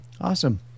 awesome